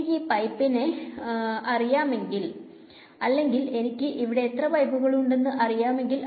എനിക്ക് ഈ പൈപ്പിനവ അറിയാമെങ്കിൽ അല്ലെങ്കിൽ എനിക്ക് ഇവിടെ എത്ര പൈപ്പുകൾ ഉണ്ട് എന്നു അറിയാമെങ്കിൽ